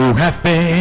happy